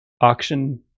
auction